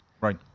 Right